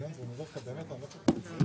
האסירים הם כמו כל אזרח.